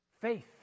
Faith